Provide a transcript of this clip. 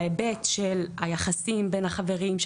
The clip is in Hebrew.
בהיבט של היחסים בין החברים,